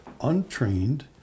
untrained